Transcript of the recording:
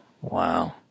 Wow